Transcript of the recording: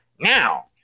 now